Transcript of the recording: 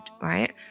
right